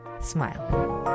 Smile